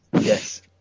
Yes